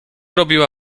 robiła